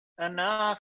enough